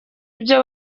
ibyo